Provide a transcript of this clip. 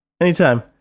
Anytime